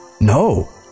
no